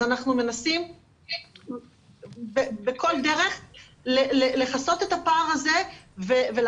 אז אנחנו מנסים בכל דרך לכסות את הפער הזה ולעשות